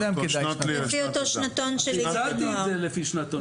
הצעתי את זה לפי שנתון.